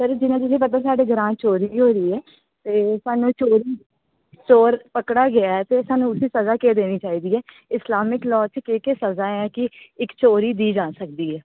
sir जियां तुसेंगी पता साढ़े ग्रां चोरी होई दी ऐ ते स्हानू चोर ते चोर पकड़ा गेदा ऐ ते स्हानू उसी सज़ा केह् देनी चाहिदी ऐ इस्लामिक लॉ च इसगी केह् केह् सज़ा ऐ कि इक्क चोरी दी जाई सकदी ऐ